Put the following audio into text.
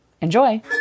enjoy